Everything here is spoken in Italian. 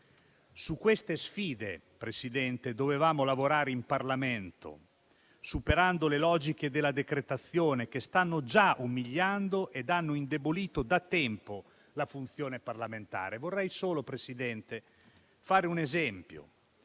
Su queste sfide, signora Presidente, dovevamo lavorare in Parlamento, superando le logiche della decretazione che stanno già umiliando ed hanno indebolito da tempo la funzione parlamentare. Signora Presidente, vorrei solo